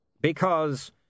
because